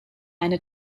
eine